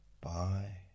Bye